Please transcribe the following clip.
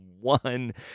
one